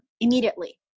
immediately